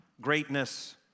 greatness